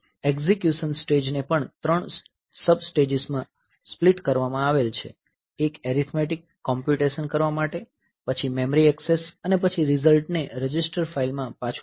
execution stage ને પણ ત્રણ સબ સ્ટેજીસ માં સ્પ્લીટ કરવામાં આવે છે એક એરીથમેટિક કોંપ્યુટેશન કરવા માટે પછી મેમરી એક્સેસ અને પછી રિઝલ્ટને રજિસ્ટર ફાઇલ માં પાછું લખવું